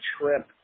trip